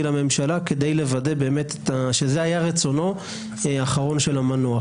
לממשלה כדי לוודא שזה היה באמת רצונו האחרון של המנוח.